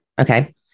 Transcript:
Okay